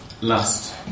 last